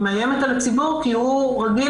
היא מאיימת על הציבור כי הוא רגיל